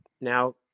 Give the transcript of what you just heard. Now